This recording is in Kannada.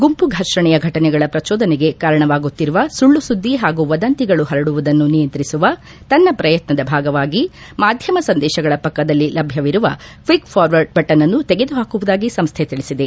ಗುಂಪು ಫರ್ಷಣೆಯ ಫಟನೆಗಳ ಪ್ರಚೋದನೆಗೆ ಕಾರಣವಾಗುತ್ತಿರುವ ಸುಳ್ಳು ಸುದ್ದಿ ಹಾಗೂ ವದಂತಿಗಳು ಹರಡುವುದನ್ನು ನಿಯಂತ್ರಿಸುವ ತನ್ನ ಪ್ರಯತ್ನದ ಭಾಗವಾಗಿ ಮಾಧ್ಯಮ ಸಂದೇಶಗಳ ಪಕ್ಕದಲ್ಲಿ ಲಭ್ಯವಿರುವ ಕ್ವಿಕ್ ಫ್ರಾರ್ವರ್ಡ್ ಬಟನ್ ಅನ್ನು ತೆಗೆದುಹಾಕುವುದಾಗಿ ಅದು ತಿಳಿಸಿದೆ